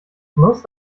most